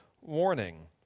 warning